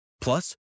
Plus